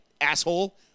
asshole